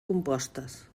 compostes